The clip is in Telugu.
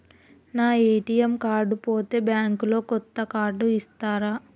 నా ఏ.టి.ఎమ్ కార్డు పోతే బ్యాంక్ లో కొత్త కార్డు ఇస్తరా?